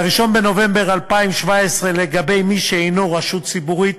מ-1 בנובמבר 2017 לגבי מי שאינו רשות ציבורית,